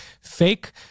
fake